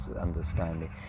understanding